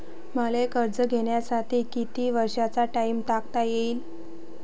मले कर्ज घ्यासाठी कितीक वर्षाचा टाइम टाकता येईन?